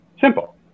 Simple